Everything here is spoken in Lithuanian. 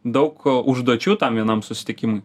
daug užduočių tam vienam susitikimui